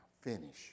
Finish